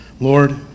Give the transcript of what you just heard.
Lord